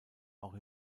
auch